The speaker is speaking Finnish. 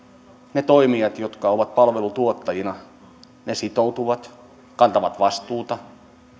ne toimijat jotka ovat palvelutuottajina sitoutuvat kantavat vastuuta